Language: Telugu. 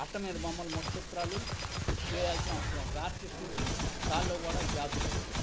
అట్ట మీద బొమ్మలు ముఖ చిత్రాలు వేయాల్సిన అవసరం ఉంటది ఆర్టిస్టులకి దానిలో కూడా జాబ్స్ వస్తయి